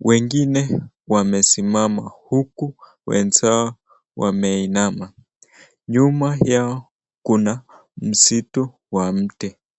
wengine wamesimama uku wenzao wameinama. Nyuma yao kuna msitu wa mti.